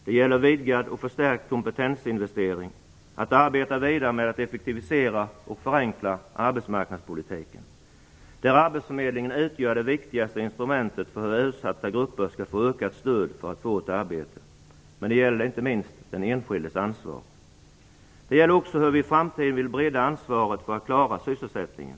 Det gäller vidgad och förstärkt kompetensinvestering och att arbeta vidare med att effektivisera och förenkla arbetsmarknadspolitiken. Arbetsförmedlingen utgör det viktigaste instrumentet när utsatta grupper skall få ökat stöd för att få ett arbete. Men det gäller inte minst den enskildes ansvar. Det gäller också hur vi i framtiden vill bredda ansvaret för att klara sysselsättningen.